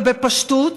ובפשטות